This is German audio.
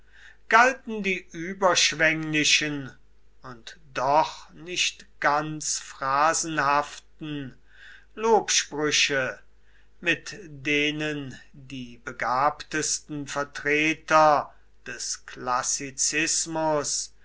galten die überschwenglichen und doch nicht ganz phrasenhaften lobsprüche mit denen die begabtesten vertreter des klassizismus